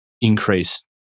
increase